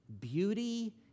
beauty